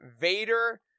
Vader